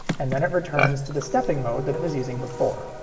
and then it returns to the stepping mode that it was using before.